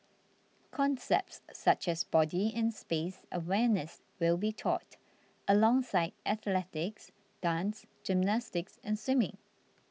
concepts such as body and space awareness will be taught alongside athletics dance gymnastics and swimming